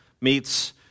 meets